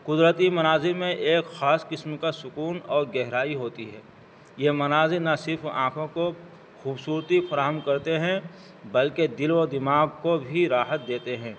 قدرتی مناظر میں ایک خاص قسم کا سکون اور گہرائی ہوتی ہے یہ مناظر نہ صرف آنکھوں کو خوبصورتی فراہم کرتے ہیں بلکہ دل و دماغ کو بھی راحت دیتے ہیں